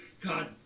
God